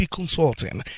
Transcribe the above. Consulting